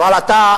אבל אתה,